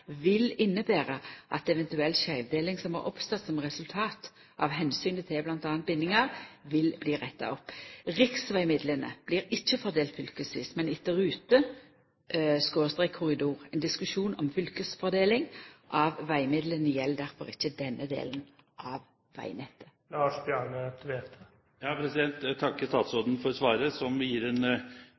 vil innebera at eventuell skeivdeling som har oppstått som resultat av omsynet til m.a. bindingar, vil bli retta opp. Riksvegmidlane blir ikkje fordelte fylkesvis, men etter rute/korridor. Ein diskusjon om fylkesfordeling av vegmidlane gjeld difor ikkje denne delen av vegnettet. Jeg takker statsråden for svaret, som gir en